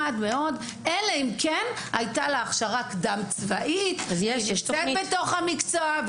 אלא אם הייתה לה הכשרה קדם צבאית והיא נמצאת בתוך המקצוע.